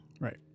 Right